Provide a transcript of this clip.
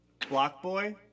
Blockboy